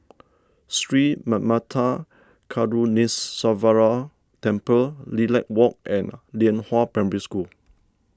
Sri Manmatha Karuneshvarar Temple Lilac Walk and Lianhua Primary School